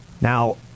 Now